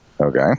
Okay